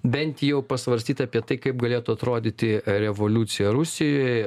bent jau pasvarstyt apie tai kaip galėtų atrodyti revoliucija rusijoje